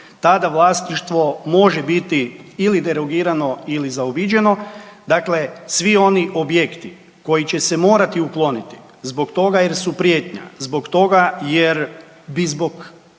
tada vlasništvo može biti ili derogirano ili zaobiđeno. Dakle, svi oni objekti koji će se morati ukloniti zbog toga jer su prijetnja, zbog toga jer bi zbog